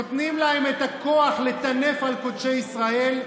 נותנים להם את הכוח לטנף על קודשי ישראל,